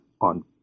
on